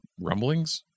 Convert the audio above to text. rumblings